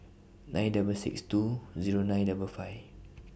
nine double six two Zero nine double five